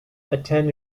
attend